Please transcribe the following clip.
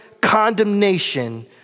condemnation